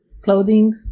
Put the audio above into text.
clothing